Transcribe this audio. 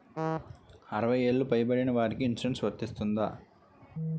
అరవై ఏళ్లు పై పడిన వారికి ఇన్సురెన్స్ వర్తిస్తుందా?